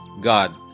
God